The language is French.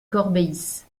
corbéis